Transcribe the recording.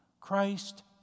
Christ